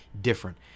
different